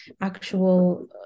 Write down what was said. actual